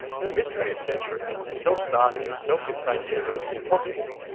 in the mid twentieth century, a self-starting, self-contained universe seemed possible.